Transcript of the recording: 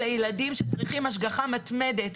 אלה ילדים שצריכים השגחה מתמדת.